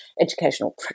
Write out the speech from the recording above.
educational